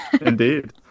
Indeed